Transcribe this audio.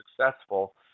successful